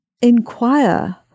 inquire